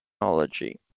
technology